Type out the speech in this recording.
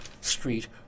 Street